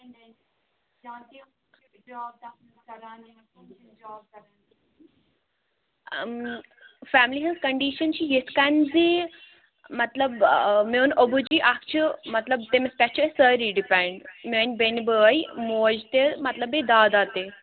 family ہِنٛز condition چھِ یِِتھٕ کٔنۍ زِ مَطلب آ میٛون ابوٗ جی اَکھ چھُ مَطلَب تٔمِس پیٚٹھ چھِ أسۍ سٲری ڈِپٮ۪نٛڈ میٛٲنۍ بیٚنہِ بٲے موج تہِ مَطلَب بیٚیہِ دادا تہِ